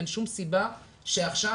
אין שום סיבה שעכשיו,